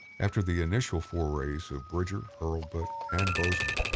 after the initial forays of bridger, hurlbut and bozeman,